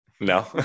no